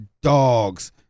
dogs